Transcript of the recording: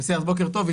בסדר, אז בוקר טוב.